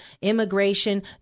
immigration